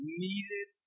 needed